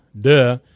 Duh